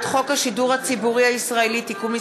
חוק השידור הציבורי הישראלי (תיקון מס'